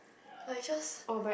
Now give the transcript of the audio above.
like just